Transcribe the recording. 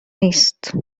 نیست